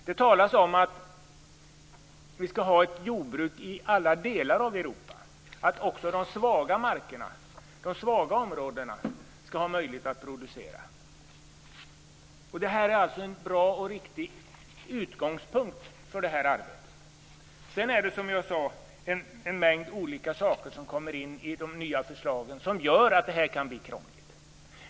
Det talas om att vi skall ha ett jordbruk i alla delar av Europa, att det också skall finnas möjlighet att producera i de svaga områdena. Detta är en bra och riktig utgångspunkt för arbetet. Sedan är det, som jag sade, en mängd olika saker som kommer in i de nya förslagen som gör att detta kan bli krångligt.